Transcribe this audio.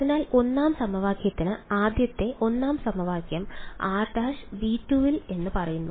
അതിനാൽ 1 ആം സമവാക്യത്തിന് ആദ്യത്തെ 1 ആം സമവാക്യം r′ ∈ V2 എന്ന് പറയുന്നു